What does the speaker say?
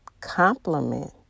compliment